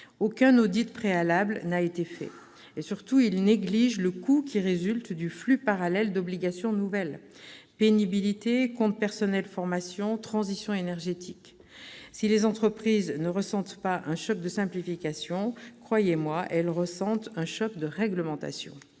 Aucun audit préalable n'a été fait. Surtout, il néglige le coût qui résulte du flux parallèle d'obligations nouvelles : pénibilité, compte personnel de formation, transition énergétique ... Si les entreprises ne ressentent pas un choc de simplification, elles ressentent assurément un choc de réglementation